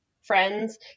friends